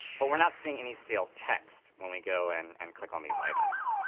but we're not seeing any stale text when we go and and click on these items.